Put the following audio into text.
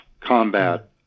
combat